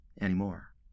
anymore